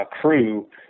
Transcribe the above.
crew